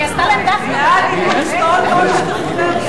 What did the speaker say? סעיפים 37 40,